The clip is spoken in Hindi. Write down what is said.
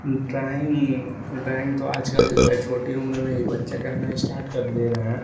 ड्राइंग ड्राइंग तो आज कल छोटी उम्र में हीं बच्चे करना स्टार्ट कर दे रहे हैं